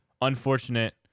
Unfortunate